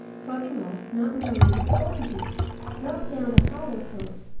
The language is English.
trotting off, not knowing that the oranges dropped down the hollow trunk,